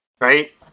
right